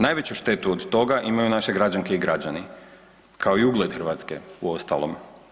Najveću štetu od toga imaju naše građanke i građani kao i ugled Hrvatske uostalom.